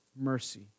mercy